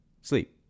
sleep